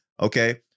Okay